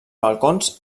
balcons